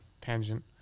tangent